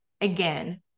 again